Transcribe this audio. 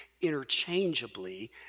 interchangeably